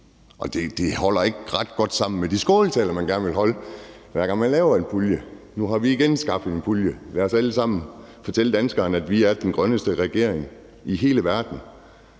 Og det hænger ikke ret godt sammen med de skåltaler, man gerne holder, hver gang man laver en pulje: Nu har vi igen skabt en pulje; lad os alle sammen fortælle danskerne, at vi er den grønneste regering i hele verden.